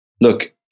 look